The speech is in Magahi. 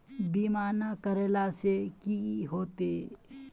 बीमा ना करेला से की होते?